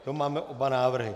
To máme oba návrhy.